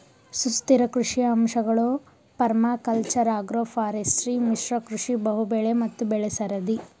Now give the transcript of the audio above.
ಸುಸ್ಥಿರ ಕೃಷಿಯ ಅಂಶಗಳು ಪರ್ಮಾಕಲ್ಚರ್ ಅಗ್ರೋಫಾರೆಸ್ಟ್ರಿ ಮಿಶ್ರ ಕೃಷಿ ಬಹುಬೆಳೆ ಮತ್ತು ಬೆಳೆಸರದಿ